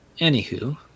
anywho